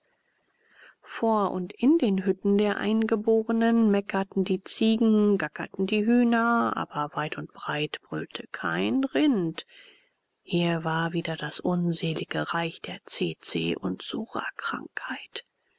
vor und in den hütten der eingeborenen meckerten die ziegen gackerten die hühner aber weit und breit brüllte kein rind hier war wieder das unselige reich der tsetse und